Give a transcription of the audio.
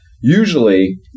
Usually